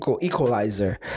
equalizer